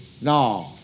No